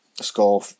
Score